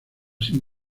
sin